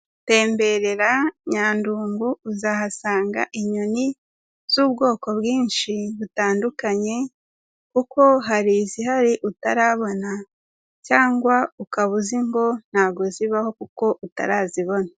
Temberera Nyandungu uzahasanga inyoni z'ubwoko bwinshi butandukanye kuko hari izihari utarabona cyangwa ukaba uzi ngo ntabwo zibaho kuko utarazibona.